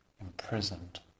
imprisoned